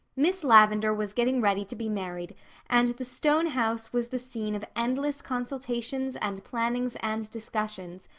miss lavendar was getting ready to be married and the stone house was the scene of endless consultations and plannings and discussions,